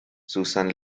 susan